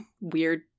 weird